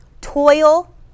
toil